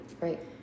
right